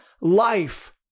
life